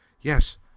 Yes